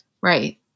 Right